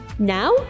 Now